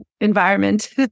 environment